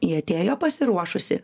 ji atėjo pasiruošusi